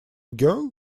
girl